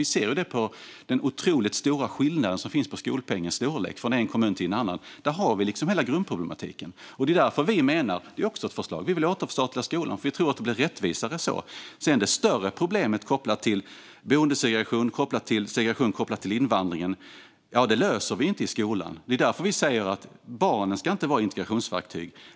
Vi ser det på den otroligt stora skillnad som finns i skolpengens storlek från en kommun till en annan. Där finns hela grundproblemet. Vi vill återförstatliga skolan. Det är ett förslag. Vi tror att det blir mer rättvist så. Det större problemet kopplat till boendesegregation och segregation på grund av invandring löser vi inte i skolan. Det är därför vi säger att barnen inte ska vara integrationsverktyg.